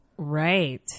Right